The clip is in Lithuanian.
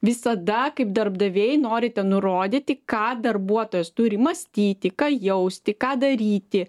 visada kaip darbdaviai norite nurodyti ką darbuotojas turi mąstyti ką jausti ką daryti